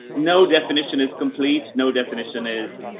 no definition is complete. no definition is,